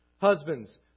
Husbands